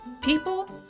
People